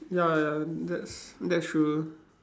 ya ya that's that's true